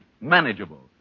manageable